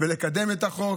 ולקדם את החוק.